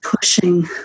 pushing